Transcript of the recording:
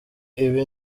ibi